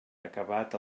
acabat